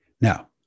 Now